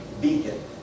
beacon